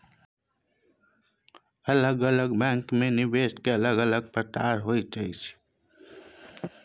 अलग अलग बैंकमे निवेश केर अलग अलग प्रकार होइत छै